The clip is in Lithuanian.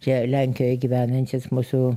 čia lenkijoj gyvenančys mūsų